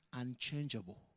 unchangeable